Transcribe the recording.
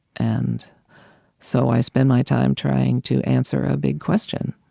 and so i spend my time trying to answer a big question.